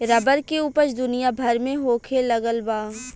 rubber के ऊपज दुनिया भर में होखे लगल बा